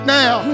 now